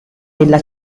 della